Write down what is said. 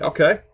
Okay